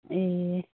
ए